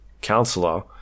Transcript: counselor